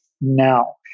now